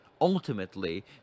ultimately